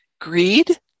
greed